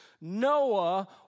Noah